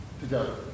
together